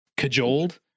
cajoled